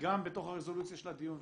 גם בתוך הרזולוציה של הדיון,